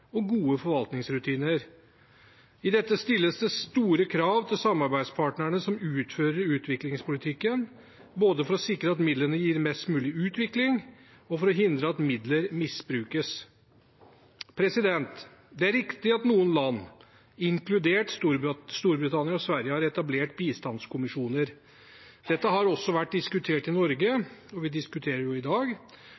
og gode forvaltningsrutiner. I dette stilles det store krav til samarbeidspartnerne som utfører utviklingspolitikken, både for å sikre at midlene gir mest mulig utvikling, og for hindre at midler misbrukes. Det er riktig at noen land, inkludert Storbritannia og Sverige, har etablert bistandskommisjoner. Dette har også vært diskutert i Norge